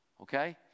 Okay